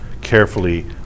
carefully